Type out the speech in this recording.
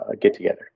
get-together